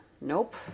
nope